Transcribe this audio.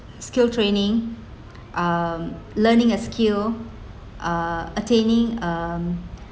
skill training um learning a skill uh attaining um